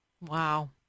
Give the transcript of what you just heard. Wow